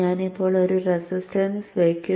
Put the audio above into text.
ഞാൻ ഇപ്പോൾ ഒരു റെസിസ്റ്റൻസ് വയ്ക്കും